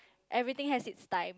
everything has its time